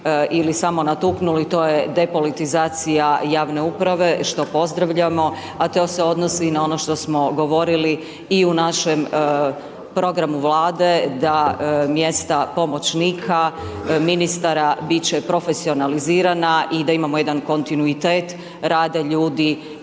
ili samo natuknuli, to je depolitizacija javne uprave, što pozdravljamo, a to se odnosi na ono što smo govorili i u našem programu vlade, da mjesta pomoćnika, ministara, biti će profesionalizirana i da imamo jedan kontinuitet, rade ljudi